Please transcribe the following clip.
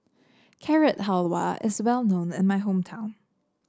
Carrot Halwa is well known in my hometown